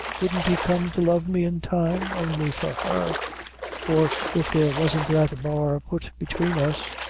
wouldn't he come to love me in time only for her or if there wasn't that bar put between us.